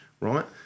right